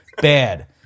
bad